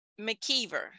McKeever